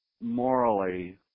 morally